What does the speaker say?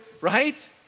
right